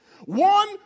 One